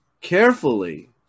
carefully